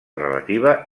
relativa